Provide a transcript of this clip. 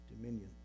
dominion